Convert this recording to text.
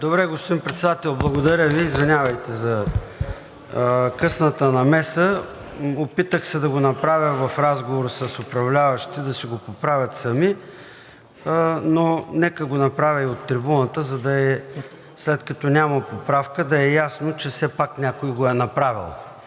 (ДПС): Господин Председател, благодаря Ви. Извинявайте за късната намеса. Опитах се да го направя в разговор с управляващите да си го поправят сами, но нека го направя и от трибуната, след като няма поправка, да е ясно, че все пак някой го е направил.